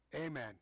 Amen